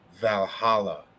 Valhalla